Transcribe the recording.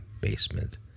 basement